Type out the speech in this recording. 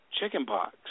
chickenpox